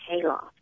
hayloft